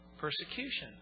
persecution